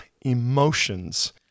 emotions